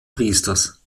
priesters